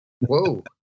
whoa